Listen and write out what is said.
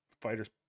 fighters